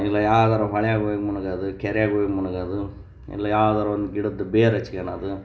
ಇಲ್ಲ ಯಾವ್ದಾರೂ ಹೊಳ್ಯಾಗೆ ಹೋಗಿ ಮುಳ್ಗದು ಕೆರ್ಯಾಗೆ ಹೋಗಿ ಮುಳ್ಗದು ಇಲ್ಲ ಯಾವ್ದಾರೂ ಒಂದು ಗಿಡದ ಬೇರು ಹಚ್ಕಣದು